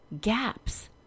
gaps